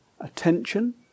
Attention